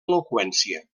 eloqüència